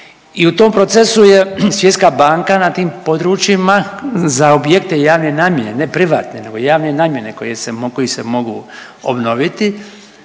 i u tom procesu je Svjetska banka na tim područjima za objekte javne namjene, privatne, nego javne namjene koje se mogu koji